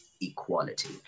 equality